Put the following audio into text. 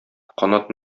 канат